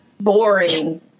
Boring